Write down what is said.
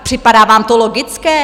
Připadá vám to logické?